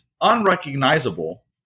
unrecognizable